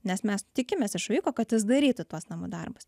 nes mes tikimės iš vaiko kad jis darytų tuos namų darbus